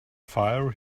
fire